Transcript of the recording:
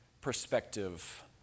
perspective